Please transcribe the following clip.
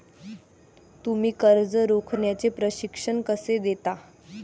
तुम्ही कर्ज रोख्याचे प्रशिक्षण कसे देता?